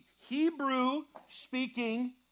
Hebrew-speaking